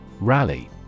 Rally